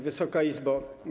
Wysoka Izbo!